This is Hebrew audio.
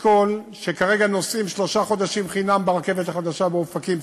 שכרגע נוסעים שלושה חודשים חינם ברכבת החדשה באופקים,